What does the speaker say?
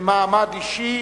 ממעמד אישי